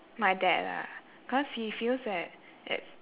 my dad ah cause he feels that it's